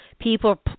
people